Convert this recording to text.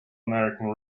american